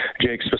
Jake